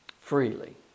freely